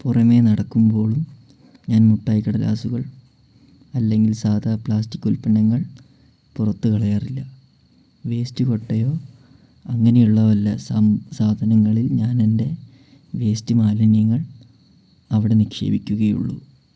പുറമേ നടക്കുമ്പോളും ഞാൻ മിഠായി കടലാസുകൾ അല്ലെങ്കിൽ സാധാ പ്ലാസ്റ്റിക് ഉൽപ്പന്നങ്ങൾ പുറത്ത് കളയാറില്ല വേസ്റ്റ് കൊട്ടയോ അങ്ങനെയുള്ള വല്ല സാധനങ്ങളിൽ ഞാനെൻ്റെ വേസ്റ്റ് മാലിന്യങ്ങൾ അവിടെ നിക്ഷേപിക്കുകയുള്ളു